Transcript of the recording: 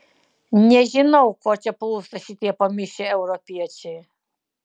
nežinau ko čia plūsta šitie pamišę europiečiai